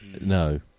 No